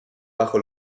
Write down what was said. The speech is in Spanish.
bajo